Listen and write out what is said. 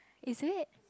is it